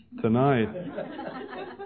tonight